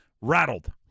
rattled